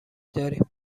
داریم